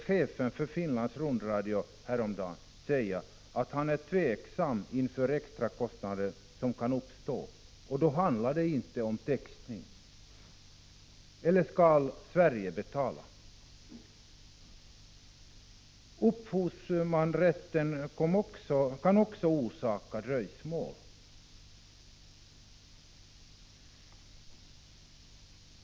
Chefen för Finlands rundradio sade häromdagen att han är tveksam inför de extra kostnader som kan uppstå, och då handlar det inte om textning. Eller skall Sverige betala? Upphovsmannarätten kan också orsaka dröjsmål.